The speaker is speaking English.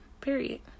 Period